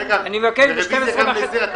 רבותיי, אני עובר להצבעה על הרביזיה.